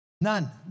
None